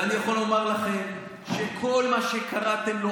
ואני יכול לומר לכם שכל מה שקראתם לו